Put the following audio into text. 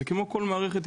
וכמו כל מערכת,